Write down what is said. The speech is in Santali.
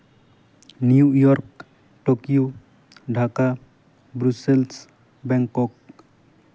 New York Tokyo Dhaka Brussels Bangkok